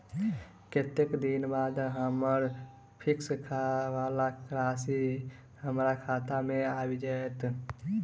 कत्तेक दिनक बाद हम्मर फिक्स वला राशि हमरा खाता मे आबि जैत?